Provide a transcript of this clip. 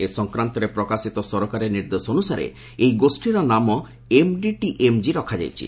ଏ ସଂକ୍ରାନ୍ତରେ ପ୍ରକାଶିତ ସରକାରୀ ନିର୍ଦ୍ଦେଶ ଅନୁସାରେ ଏହି ଗୋଷୀର ନାମ ଏମ୍ଡିଟିଏମ୍ଜି ରଖାଯାଇଛି